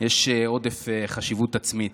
יש עודף חשיבות עצמית.